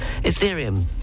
Ethereum